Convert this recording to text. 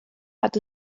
hat